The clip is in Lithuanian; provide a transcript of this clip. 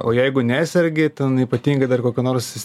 o jeigu nesergi ten ypatingai dar kokia nors